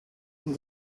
and